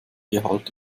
gehalt